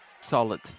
solid